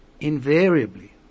invariably